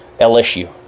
LSU